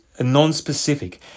non-specific